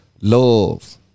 Love